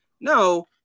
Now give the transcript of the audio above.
No